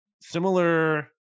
similar